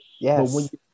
Yes